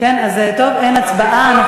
אין הצבעה.